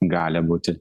gali būti